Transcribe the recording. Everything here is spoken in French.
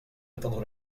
attendre